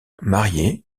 marié